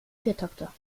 viertakter